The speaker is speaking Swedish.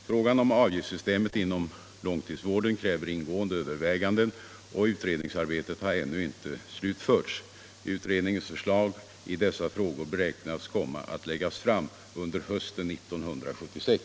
Frågan om avgiftssystemet inom långtidsvården kräver ingående överväganden och utredningsarbetet har ännu inte slutförts. Utredningens förslag i dessa frågor beräknas komma att läggas fram under hösten 1976.